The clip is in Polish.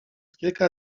kilka